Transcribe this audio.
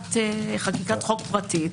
חקיקת חוק פרטית?